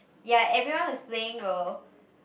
ya everyone was playing though